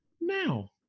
now